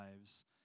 lives